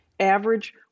Average